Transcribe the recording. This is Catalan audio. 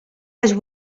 les